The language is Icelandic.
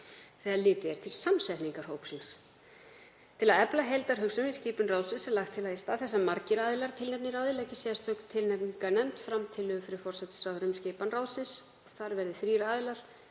þegar litið er til samsetningar hópsins. Til að efla heildarhugsun við skipun ráðsins er lagt til að í stað þess að margir tilnefni í ráðið leggi sérstök tilnefningarnefnd fram tillögu til forsætisráðherra um skipan ráðsins. Þar verði þrír aðilar,